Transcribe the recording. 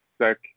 sick